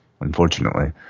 unfortunately